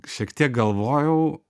šiek tiek galvojau